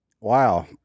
wow